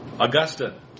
Augusta